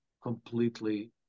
completely